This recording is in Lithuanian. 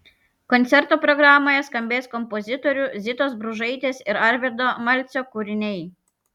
koncerto programoje skambės kompozitorių zitos bružaitės ir arvydo malcio kūriniai